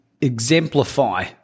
exemplify